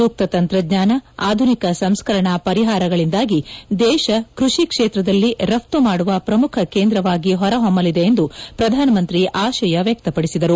ಸೂಕ್ತ ತಂತ್ರಜ್ಞಾನ ಆಧುನಿಕ ಸಂಸ್ಕರಣಾ ಪರಿಹಾರಗಳಿಂದಾಗಿ ದೇಶ ಕೃಷಿ ಕ್ಷೇತ್ರದಲ್ಲಿ ರಫ್ತು ಮಾಡುವ ಪ್ರಮುಖ ಕೇಂದ್ರವಾಗಿ ಹೊರಹೊಮ್ಖಲಿದೆ ಎಂದು ಪ್ರಧಾನಮಂತ್ರಿ ಆಶಯ ವ್ಯಕ್ತಪಡಿಸಿದರು